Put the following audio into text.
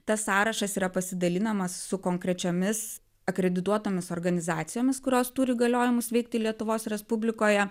tas sąrašas yra pasidalinamas su konkrečiomis akredituotomis organizacijomis kurios turi įgaliojimus veikti lietuvos respublikoje